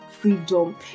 freedom